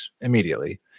immediately